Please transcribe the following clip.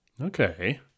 Okay